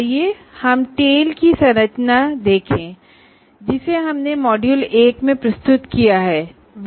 आइए हम टेल की संरचना को देखें जिसे हमने मॉड्यूल 1 में प्रस्तुत किया है